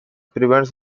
prevents